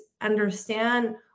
understand